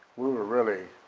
we were really